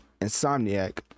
Insomniac